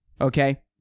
Okay